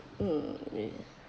mm